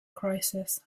crisis